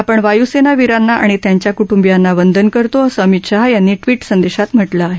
आपण वायूसेना वीरांना आणि त्यांच्या कुटुंबियांना वंदन करतो असं अमित शहा यांनी ट्विट संदेशात म्हटलं आहे